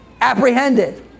apprehended